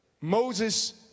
Moses